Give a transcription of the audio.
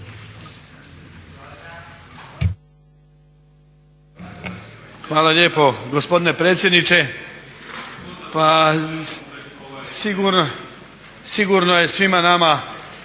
Hvala lijepo. Gospodine predsjedniče, pa sigurno je svima nama